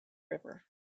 river